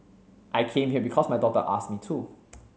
I came here because my daughter asked me to